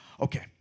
Okay